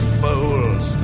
fools